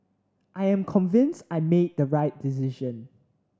I am convinced I made the right decision